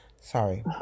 Sorry